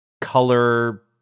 color